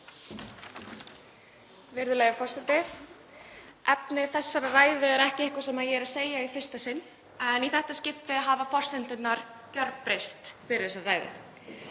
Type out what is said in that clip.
Virðulegur forseti. Efni þessarar ræðu er ekki eitthvað sem ég er að segja í fyrsta sinn en í þetta skipti að hafa forsendurnar gjörbreyst fyrir þessa ræðu.